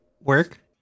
work